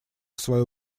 свою